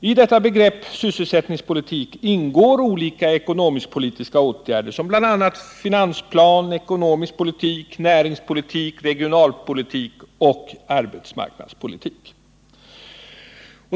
I begreppet sysselsättningspolitik ingår olika ekonomisk-politiska åtgärder såsom bl.a. finansplan, ekonomisk politik, näringspolitik, regionalpolitik och arbetsmarknadspolitik.